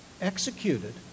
executed